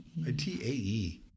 ITAE